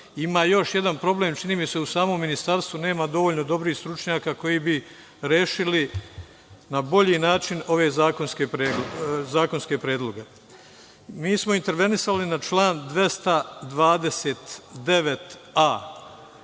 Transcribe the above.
još jedan problem, čini mi se, u samom Ministarstvu nema dovoljno dobrih stručnjaka koji bi rešili na bolji način ove zakonske predloge. Mi smo intervenisali na član 229a.